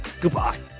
Goodbye